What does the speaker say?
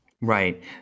Right